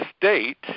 state